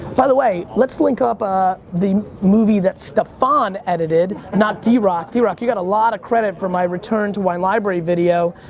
by the way, let's link up ah the movie that staphon edited not drock. drock, you got a lot of credit for my return to wine library video.